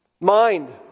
Mind